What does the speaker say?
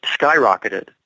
skyrocketed